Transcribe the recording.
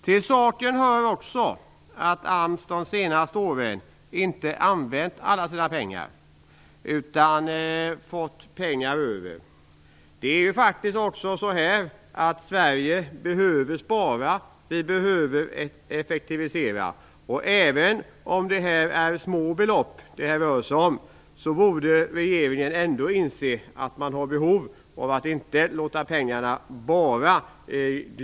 Till saken hör också att AMS de senaste åren inte använt alla sina pengar utan fått pengar över. Sverige behöver ju spara och effektivisera, och även om det är små belopp det rör sig om borde regeringen ändå inse behovet av att inte bara låta pengarna glida ut.